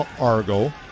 Argo